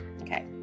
Okay